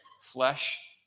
flesh